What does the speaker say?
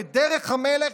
בדרך המלך,